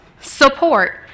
support